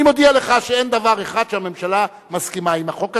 אני מודיע לך שאין דבר אחד שהממשלה מסכימה עם החוק הזה,